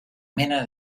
mena